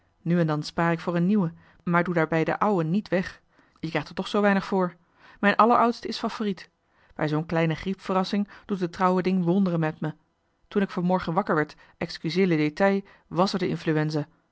nu en dan spaar ik voor een nieuwe maar dan doe ik de ou'e net weg je krijgt er toch zoo weinig voor mijn alleroudste is favoriet bij zoo'n kleine griep verrassing doet het trouwe ding wonderen met me toen ik vanmorgen wakker werd excusez le détail wàs er de influenza